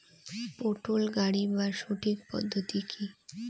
পটল গারিবার সঠিক পদ্ধতি কি?